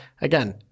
again